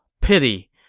Pity